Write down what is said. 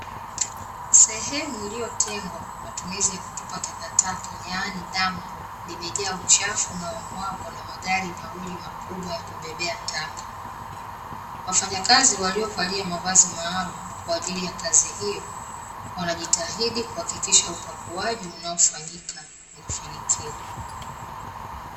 Sehemu iliyotengwa kwa matumizi ya kutupa takataka yaani dampo, limejaa uchafu unaomwagwa na magari mawili makubwa, ya kubebea taka. Wafanyakazi waliovalia mavazi maalumu, kwaajili ya kazi hiyo, wanajitahidi kuhakikisha upakuaji unaofanyika na unafanikiwa.